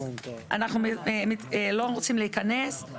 אז אנחנו לא רוצים להיכנס אליהם.